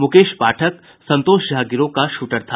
मुकेश पाठक संतोष झा गिरोह का शूटर था